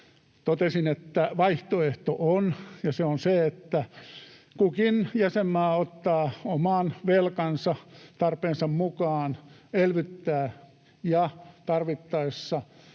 totesin, että vaihtoehto on, ja se on se, että kukin jäsenmaa ottaa oman velkansa, tarpeensa mukaan elvyttää, ja tarvittaessa